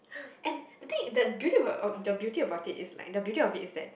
and the thing the beauty about it the beauty about it is like the beauty of it is that